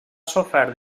sofert